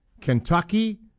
Kentucky